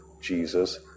Jesus